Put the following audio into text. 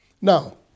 Now